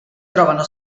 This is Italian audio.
trovano